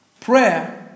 Prayer